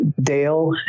Dale